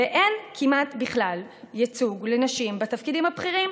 ואין כמעט בכלל ייצוג לנשים בתפקידים הבכירים.